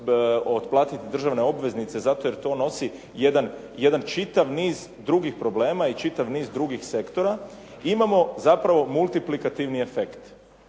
otplatiti državne obveznice zato jer to nosi jedan čitav niz drugih problema i čitav niz drugih sektora. Imamo zapravo multiplikativni efekt.